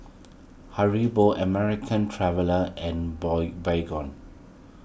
Haribo American Traveller and Boy Baygon